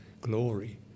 glory